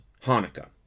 hanukkah